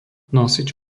nosič